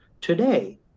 Today